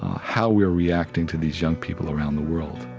how we're reacting to these young people around the world